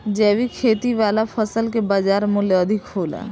जैविक खेती वाला फसल के बाजार मूल्य अधिक होला